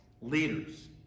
leaders